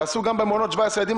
תעשו גם במעונות 17 ילדים,